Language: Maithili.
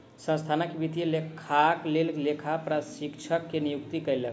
संस्थान वित्तीय लेखाक लेल लेखा परीक्षक के नियुक्ति कयलक